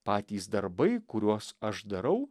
patys darbai kuriuos aš darau